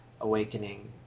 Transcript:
Awakening